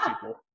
people